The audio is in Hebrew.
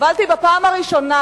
הובלתי בפעם הראשונה